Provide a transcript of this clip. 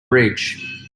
bridge